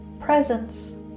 presence